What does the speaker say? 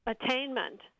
attainment